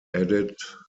added